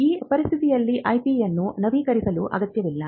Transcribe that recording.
ಈ ಪರಿಸ್ಥಿತಿಯಲ್ಲಿ ಐಪಿಯನ್ನು ನವೀಕರಿಸುವ ಅಗತ್ಯವಿಲ್ಲ